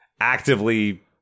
actively